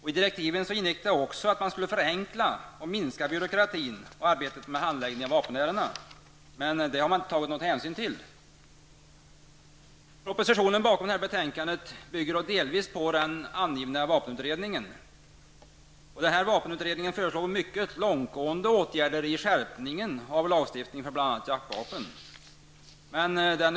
I direktiven ingick det också att man skulle förenkla och minska byråkratin och arbetet med handläggningen av vapenärendena. Men detta har det inte tagits någon hänsyn till. Propositionen bakom det här betänkandet bygger delvis på den angivna vapenutredningen. Den utredningen föreslog mycket långtgående åtgärder i skärpningen av lagstiftningen bl.a. när det gäller jaktvapen.